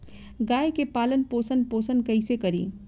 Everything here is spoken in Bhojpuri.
गाय के पालन पोषण पोषण कैसे करी?